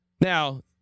Now